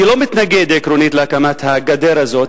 אני לא מתנגד עקרונית להקמת הגדר הזאת,